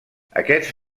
aquests